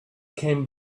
came